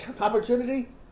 opportunity